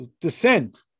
descent